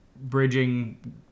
bridging